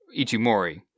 Ichimori